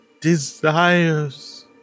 desires